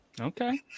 Okay